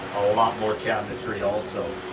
lot more cabinetry also.